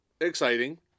exciting